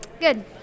Good